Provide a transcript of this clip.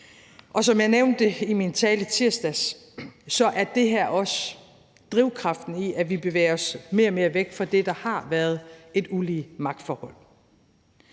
og som jeg nævnte i min tale i tirsdags, er det her også drivkraften i, at vi bevæger os mere og mere væk fra det, der har været et ulige magtforhold.